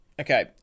Okay